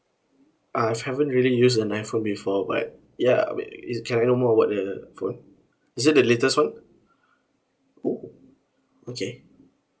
uh I haven't really used an iPhone before but ya we~ is it can I know more about the phone is it the latest one oh okay